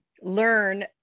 learn